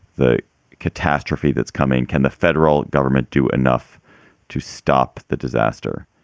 the catastrophe that's coming? can the federal government do enough to stop the disaster?